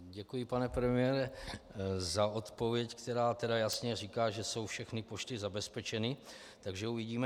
Děkuji, pane premiére, za odpověď, která jasně říká, že jsou všechny pošty zabezpečeny, takže uvidíme.